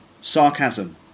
Sarcasm